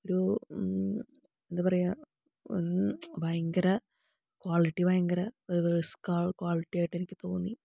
ഒരു എന്താ പറയുക ഭയങ്കര ക്വാളിറ്റി ഭയങ്കര റിസ്ക് ക്വാളിറ്റി ആയിട്ട് എനിക്ക് തോന്നി